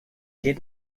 did